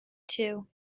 two